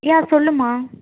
யா சொல்லும்மா